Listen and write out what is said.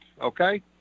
okay